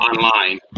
online